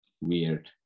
weird